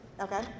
okay